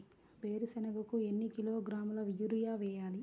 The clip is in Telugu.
వేరుశనగకు ఎన్ని కిలోగ్రాముల యూరియా వేయాలి?